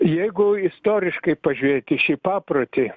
jeigu istoriškai pažiūrėt į šį paprotį